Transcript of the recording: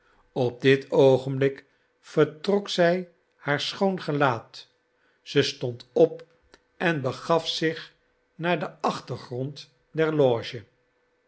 op dit oogenblik vertrok zij haar schoon gelaat ze stond op en begaf zich naar den achtergrond